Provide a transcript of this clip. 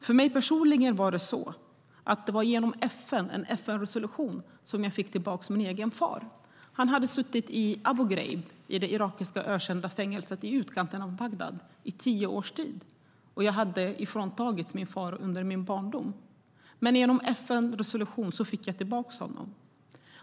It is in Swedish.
För mig personligen var det genom en FN-resolution jag fick tillbaka min far. Han hade suttit i Abu Ghraib, det ökända irakiska fängelset i utkanten av Bagdad i tio års tid, och jag var fråntagen min far under min barndom, men genom FN-resolutionen fick jag tillbaka honom.